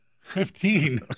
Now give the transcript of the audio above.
Fifteen